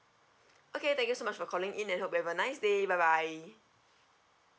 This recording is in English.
okay thank you so much for calling in and hope you have a nice day bye bye